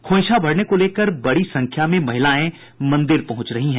खोइंछा भरने को लेकर बड़ी संख्या में महिलाएं मंदिर पहुंच रही हैं